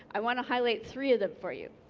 i want to highlight three of them for you.